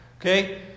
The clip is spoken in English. okay